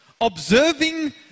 observing